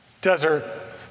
desert